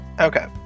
Okay